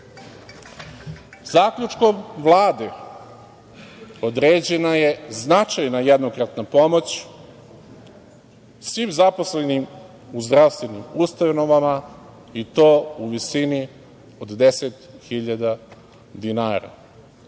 pandemije. Zaključkom Vlade određena je značajna jednokratna pomoć svim zaposlenim u zdravstvenim ustanovama, i to u visini od 10 hiljada dinara.